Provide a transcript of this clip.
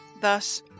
Thus